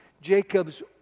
Jacob's